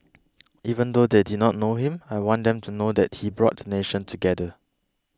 even though they did not know him I want them to know that he brought the nation together